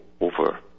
over